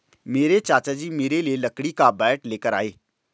मेरे चाचा जी मेरे लिए लकड़ी का बैट लेकर आए